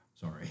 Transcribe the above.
Sorry